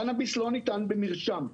קנביס לא ניתן במרשם.